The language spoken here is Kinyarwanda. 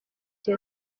cya